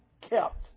kept